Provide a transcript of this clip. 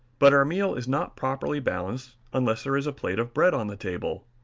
but our meal is not properly balanced unless there is a plate of bread on the table.